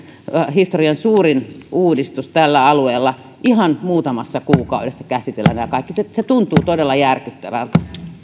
historian suurin uudistus tällä alueella ihan muutamassa kuukaudessa käsitellä nämä kaikki se se tuntuu todella järkyttävältä